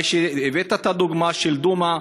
הבאת את הדוגמה של דומא.